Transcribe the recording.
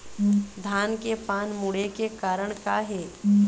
धान के पान मुड़े के कारण का हे?